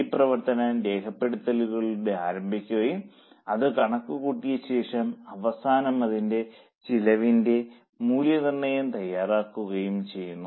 ഈ പ്രവർത്തനം രേഖപ്പെടുത്തലിലൂടെ ആരംഭിക്കുകയും അത് കണക്കുകൂട്ടിയ ശേഷം അവസാനം അതിന്റെ ചെലവിന്റെ മൂല്യനിർണയം തയ്യാറാക്കുകയും ചെയ്യുന്നു